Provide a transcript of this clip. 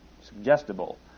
suggestible